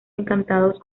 encantados